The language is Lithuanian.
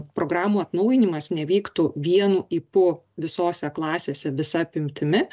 programų atnaujinimas nevyktų vienu ypu visose klasėse visa apimtimi